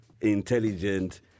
intelligent